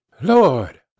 Lord